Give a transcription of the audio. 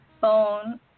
phone